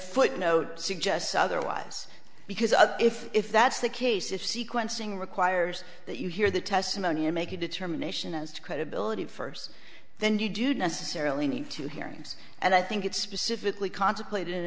footnote suggests otherwise because i if if that's the case if sequencing requires that you hear the testimony and make a determination as to credibility first then you do necessarily need to hearings and i think it's specifically contemplated